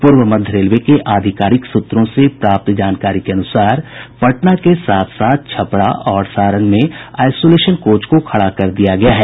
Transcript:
पूर्व मध्य रेलवे के आधिकारिक सूत्रों से प्राप्त जानकारी के अनुसार पटना के साथ साथ छपरा और सारण में आईसोलेशन कोच को खड़ा कर दिया गया है